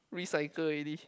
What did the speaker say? recycle already